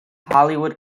hollywood